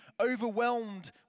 overwhelmed